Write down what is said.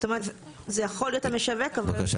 זאת אומרת, זה יכול להיות המשווק אבל --- בבקשה.